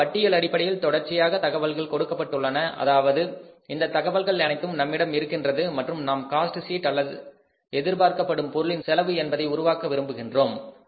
நமக்கு பட்டியல் அடிப்படையில் தொடர்ச்சியாக தகவல்கள் கொடுக்கப்பட்டுள்ளன அதாவது இந்த தகவல்கள் அனைத்தும் நம்மிடம் இருக்கின்றது மற்றும் நாம் காஸ்ட் ஷீட் அல்லது எதிர்பார்க்கப்படும் பொருளின் செலவு என்பதை உருவாக்க விரும்புகின்றோம்